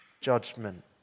judgment